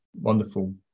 wonderful